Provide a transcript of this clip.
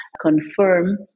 confirm